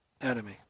enemy